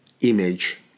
image